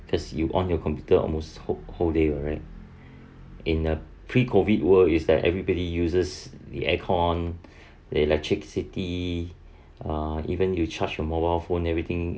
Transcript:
cause you on your computer almost whole whole day right in a pre-COVID world is that everybody uses the aircon the electricity uh even you charge your mobile phone everything